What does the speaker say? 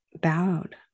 bowed